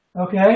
okay